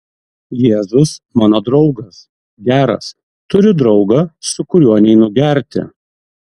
jėzus mano draugas geras turiu draugą su kuriuo neinu gerti